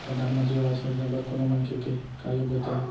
परधानमंतरी आवास योजना बर कोनो मनखे के का योग्यता हे?